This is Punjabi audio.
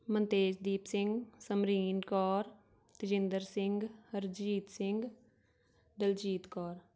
ਮਨਤੇਜ਼ਦੀਪ ਸਿੰਘ ਸਮਰੀਨ ਕੌਰ ਤਜਿੰਦਰ ਸਿੰਘ ਹਰਜੀਤ ਸਿੰਘ ਦਲਜੀਤ ਕੌਰ